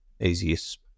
easiest